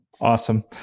Awesome